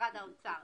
למשרד האוצר.